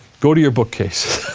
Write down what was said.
go to your bookcase.